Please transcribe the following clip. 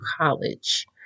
college